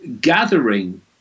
gathering